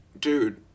dude